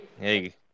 hey